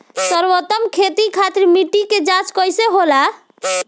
सर्वोत्तम खेती खातिर मिट्टी के जाँच कईसे होला?